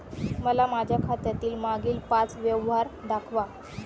मला माझ्या खात्यातील मागील पांच व्यवहार दाखवा